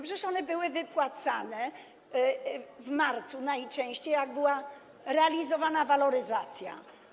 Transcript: Przecież one były wypłacane w marcu najczęściej, gdy była realizowana waloryzacja.